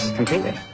Completely